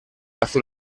azul